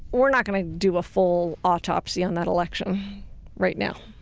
we're not going to do a full autopsy on that election right now.